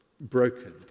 broken